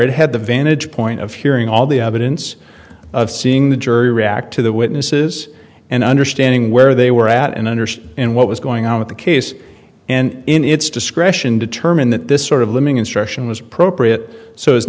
it had the vantage point of hearing all the evidence of seeing the jury react to the witnesses and understanding where they were at and understood what was going on with the case and in its discretion determine that this sort of living instruction was appropriate so